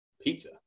Pizza